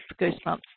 goosebumps